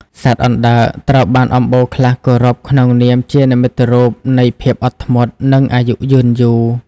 សត្វអណ្តើក ត្រូវបានអំបូរខ្លះគោរពក្នុងនាមជានិមិត្តរូបនៃភាពអត់ធ្មត់ និងអាយុយឺនយូរ។